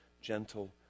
gentle